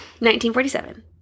1947